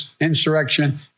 insurrection